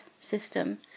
system